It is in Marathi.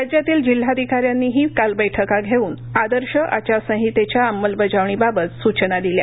राज्यातील जिल्हाधिकाऱ्यांनीही काल बैठका घेऊन आदर्शआचारसंहितेच्या अंमलबजावणीबाबत स्चना दिल्या